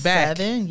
seven